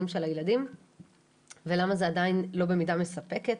של הילדים ולמה זה עדיין לא במידה מספקת?